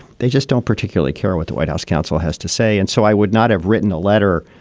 they just don't particularly care what the white house counsel has to say. and so i would not have written a letter.